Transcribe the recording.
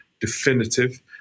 definitive